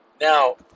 Now